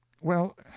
Well